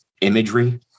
imagery